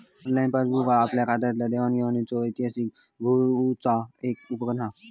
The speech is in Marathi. ऑनलाईन पासबूक आपल्या खात्यातल्या देवाण घेवाणीचो इतिहास बघुचा एक उपकरण हा